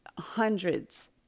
hundreds